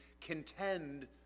contend